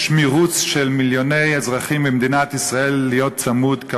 יש מירוץ של מיליוני אזרחים במדינת ישראל הצמודים,